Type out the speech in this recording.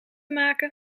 maken